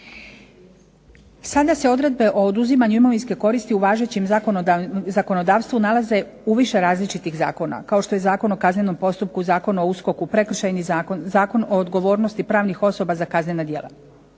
Sada se odredbe o oduzimanju imovinske koristi u važećem zakonodavstvu nalaze u više različitih zakona, kao što je Zakon o kaznenom postupku, Zakona o USKOK-u, Prekršajni zakon, Zakon o odgovornosti pravnih osoba za kaznena djela.